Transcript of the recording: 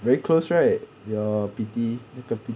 very close right your pity